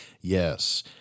Yes